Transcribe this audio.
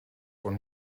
von